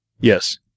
Yes